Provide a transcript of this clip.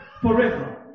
forever